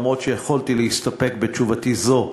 למרות שיכולתי להסתפק בתשובתי זו